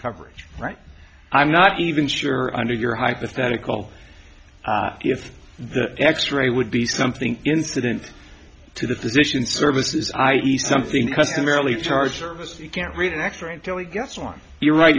coverage right i'm not even sure under your hypothetical if the x ray would be something incident to the physician services i e something customarily charge service you can't read an x ray until he gets on your right